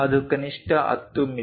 ಅದು ಕನಿಷ್ಠ 10 ಮಿ